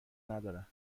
ندارن